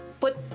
put